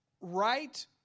right